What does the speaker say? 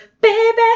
baby